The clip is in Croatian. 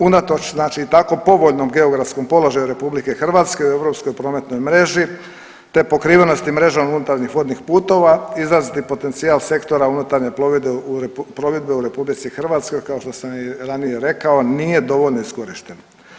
Unatoč znači tako povoljnom geografskom položaju RH u europskoj prometnoj mreži te pokrivenosti mrežom unutarnjih vodnih putova, izraziti potencijal sektora unutarnje plovidbe u RH, kao što sam i ranije rekao, nije dovoljno iskorišten.